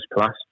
plus